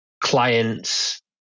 clients